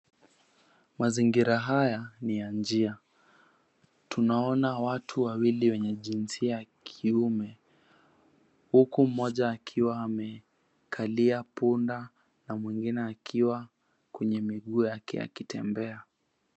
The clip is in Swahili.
Mazingira haya ni ya njia, tunaona watu wawili wenye jinsia ya kiume, huku mmoja akiwa amekalia punda na mwingine akiwa kwenye miguu yake akitembea.